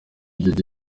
jojo